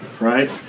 right